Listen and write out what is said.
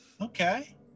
Okay